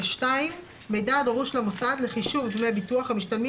מידע הדרוש למוסד לחישוב דמי ביטוח המשתלמים